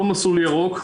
לא מסלול ירוק,